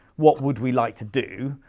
what would we like to do?